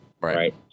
right